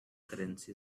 currency